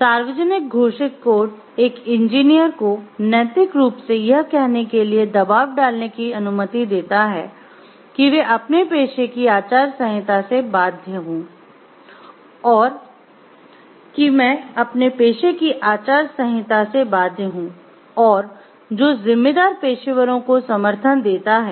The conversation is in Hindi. सार्वजनिक घोषित कोड एक इंजीनियर को नैतिक रूप से यह कहने के लिए दबाव डालने की अनुमति देता है कि मैं अपने पेशे की आचार संहिता से बाध्य हूं और जो जिम्मेदार पेशेवरों को समर्थन देता है